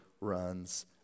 runs